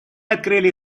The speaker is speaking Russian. открыли